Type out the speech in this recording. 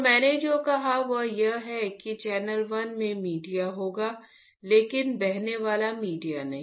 तो मैंने जो कहा वह यह है कि चैनल 1 में मीडिया होगा लेकिन बहने वाला मीडिया नहीं